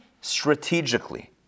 Strategically